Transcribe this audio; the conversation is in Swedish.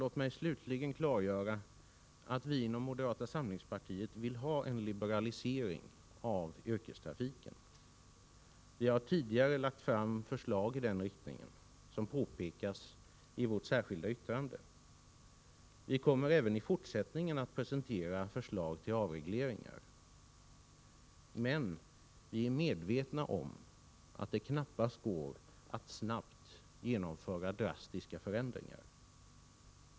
Låt mig slutligen klargöra att vi inom moderata samlingspartiet vill ha en liberalisering av yrkestrafiken. Vi har tidigare lagt fram förslag i den riktningen, som också påpekas i vårt särskilda yttrande. Vi kommer även i fortsättningen att presentera förslag till avregleringar. Dock är vi medvetna om att det knappast går att snabbt genomföra drastiska förändringar.